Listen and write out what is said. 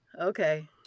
okay